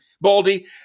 Baldy